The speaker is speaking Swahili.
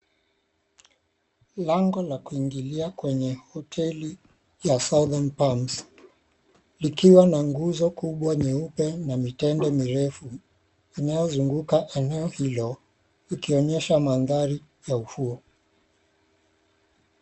Lango la kuingilia kwenye hoteli ya Southern Palms, likiwa na nguzo kubwa nyeupe na mitende mirefu inayozunguka eneo hilo, ikionyesha mandhari ya ufuo.